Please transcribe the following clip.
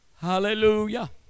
Hallelujah